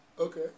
Okay